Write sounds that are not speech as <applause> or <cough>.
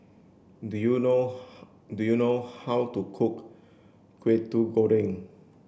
do you know <noise> do you know how to cook Kwetiau Goreng